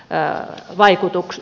arvoisa puhemies